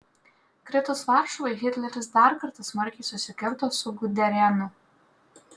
kritus varšuvai hitleris dar kartą smarkiai susikirto su guderianu